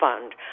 Fund